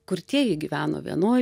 kurtieji gyveno vienoj